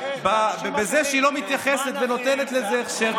בזה שהיא לא מתייחסת ונותנת לזה הכשר,